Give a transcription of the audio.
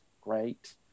great